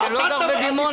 רק אני לא גר בדימונה ...